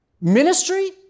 Ministry